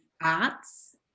arts